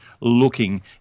looking